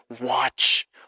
watch